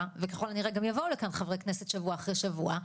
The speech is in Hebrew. וככל הנראה גם יבואו לכאן חברי כנסת שבוע אחרי שבוע,